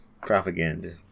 Propaganda